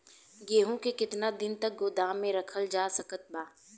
गेहूँ के केतना दिन तक गोदाम मे रखल जा सकत बा?